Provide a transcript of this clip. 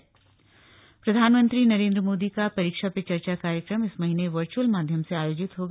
परीक्षा पे चर्चा प्रधानमंत्री नरेंद्र मोदी का परीक्षा पे चर्चा कार्यक्रम इस महीने वर्च्यअल माध्यम से आयोजित होगा